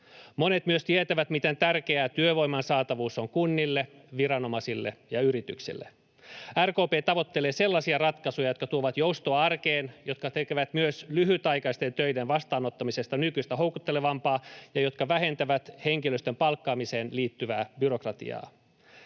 Monet myös tietävät, miten tärkeää työvoiman saatavuus on kunnille, viranomaisille ja yrityksille. RKP tavoittelee sellaisia ratkaisuja, jotka tuovat joustoa arkeen, jotka tekevät myös lyhytaikaisten töiden vastaanottamisesta nykyistä houkuttelevampaa ja jotka vähentävät henkilöstön palkkaamiseen liittyvää byrokratiaa.